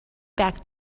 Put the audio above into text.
back